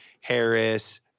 Harris